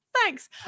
thanks